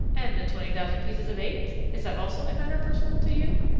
and the twenty thousand pieces of eight? is that also a matter personal to you?